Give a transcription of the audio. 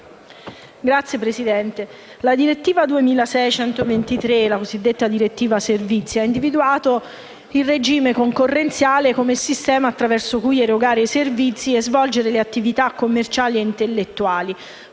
la direttiva 2006/123/CE, cosiddetta Direttiva Servizi, ha individuato il regime concorrenziale, come il sistema attraverso cui erogare i servizi e svolgere le attività commerciali e intellettuali,